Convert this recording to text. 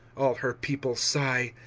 all her people sigh,